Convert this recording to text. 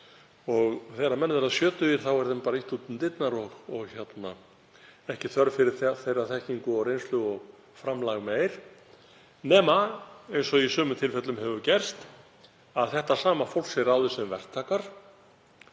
og þegar menn verða sjötugir þá er þeim bara ýtt út um dyrnar og ekki þörf fyrir þeirra þekkingu og reynslu og framlag meir nema eins og í sumum tilfellum hefur gerst að þetta sama fólk sé ráðið sem verktakar.